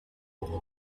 wurden